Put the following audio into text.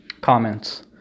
comments